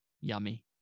yummy